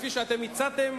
כפי שאתם הצעתם,